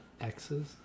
X's